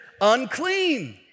unclean